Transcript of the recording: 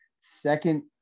second